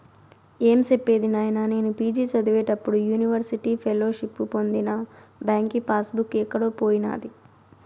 ఏం సెప్పేది నాయినా, నేను పి.జి చదివేప్పుడు యూనివర్సిటీ ఫెలోషిప్పు పొందిన బాంకీ పాస్ బుక్ ఎక్కడో పోయినాది